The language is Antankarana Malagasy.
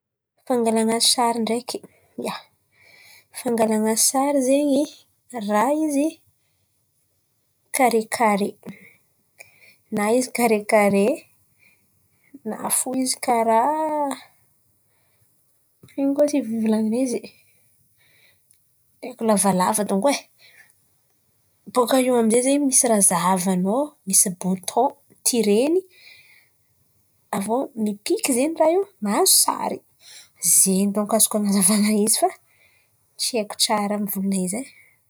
Fangalàna sary ndraiky ia, fangalàn̈a sary zen̈y raha izy karekare. Na izy karekare, na ino ma fivolan̈ana izy lavalava donko ai. Bôka eo amizay zen̈y misy raha zavan̈ao, misy botan tireny, avô mipiky zen̈y rah io mahazo sary. Zen̈y donko afaka an̈azavana izy fa tsy haiko tsara mivolan̈a izy ai.